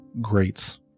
greats